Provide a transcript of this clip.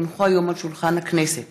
כי הונחו היום על שולחן הכנסת,